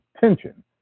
tension